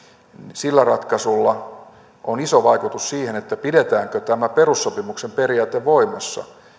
sillä ratkaisulla on iso vaikutus siihen pidetäänkö tämä perussopimuksen periaate voimassa